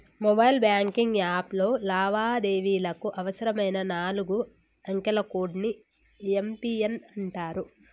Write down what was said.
mobile banking యాప్లో లావాదేవీలకు అవసరమైన నాలుగు అంకెల కోడ్ ని యం.పి.ఎన్ అంటరు